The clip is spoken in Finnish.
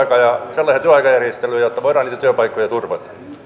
sellaisia työaikajärjestelyjä jotta voidaan niitä työpaikkoja turvata